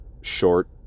short